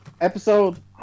episode